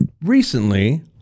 Recently